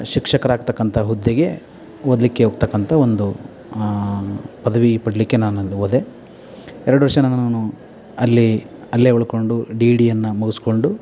ಶಿಕ್ಷಕರಾಗ್ತಕ್ಕಂತ ಹುದ್ದೆಗೆ ಓದಲಿಕ್ಕೆ ಹೋಗ್ತಕ್ಕಂತ ಒಂದು ಆ ಪದವಿ ಪಡಿಲಿಕ್ಕೆ ನಾನು ಅಲ್ಲಿ ಹೋದೆ ಎರಡು ವರ್ಷ ನನ್ನ ನಾನು ಅಲ್ಲಿ ಅಲ್ಲೆ ಉಳಕೊಂಡು ಡಿ ಇಡಿಯನ್ನು ಮುಗಿಸ್ಕೊಂಡು